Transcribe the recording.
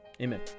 Amen